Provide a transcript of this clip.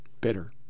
bitter